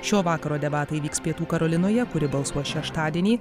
šio vakaro debatai vyks pietų karolinoje kuri balsuos šeštadienį